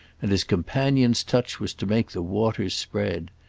and his companion's touch was to make the waters spread.